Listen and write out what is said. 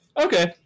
Okay